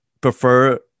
prefer